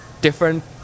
different